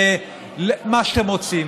ומה שאתם רוצים.